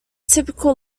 typical